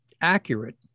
accurate